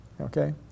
Okay